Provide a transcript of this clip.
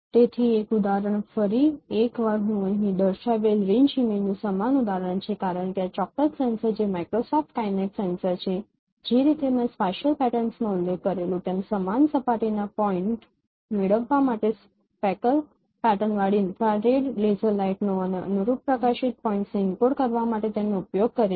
તેથી એક ઉદાહરણ ફરી એકવાર હું અહીં દર્શાવેલ રેન્જ ઇમેજનું સમાન ઉદાહરણ છે કારણ કે આ ચોક્કસ સેન્સર જે માઇક્રોસોફ્ટ કાઇનેક્ટ સેન્સર છે જે રીતે મેં સ્પાશિયલ પેટર્ન્સ માં ઉલ્લેખ કરેલું તેમ સમાન સપાટીના પોઇન્ટ મેળવવા માટે સ્પેકલ પેટર્નવાળી ઇન્ફ્રારેડ લેસર લાઇટનો અને અનુરૂપ પ્રકાશિત પોઇન્ટ્સને એન્કોડ કરવા માટે તેનો ઉપયોગ કરે છે